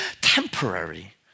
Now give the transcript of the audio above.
temporary